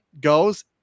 goes